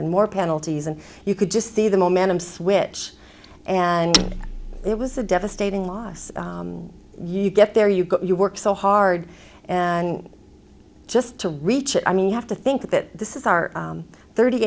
and more penalties and you could just see the momentum switch and it was a devastating loss you get there you go you work so hard and just to reach it i mean you have to think that this is our thirty